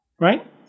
Right